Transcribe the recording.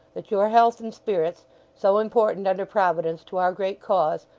that your health and spirits so important, under providence, to our great cause,